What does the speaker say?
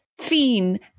fiend